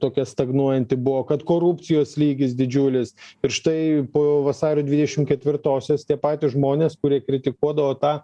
tokia stagnuojanti buvo kad korupcijos lygis didžiulis ir štai po vasario dvidešim ketvirtosios tie patys žmonės kurie kritikuodavo tą